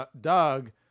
Doug